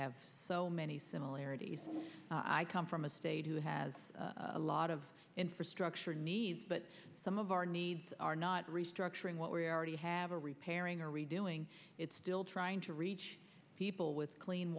have so many similarities i come from a state who has a lot of infrastructure needs but some of our needs are not restructuring what we already have a repairing or redoing it still trying to reach people with clean